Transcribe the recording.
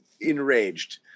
enraged